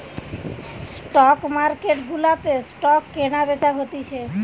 stock market গুলাতে stock কেনা বেচা হতিছে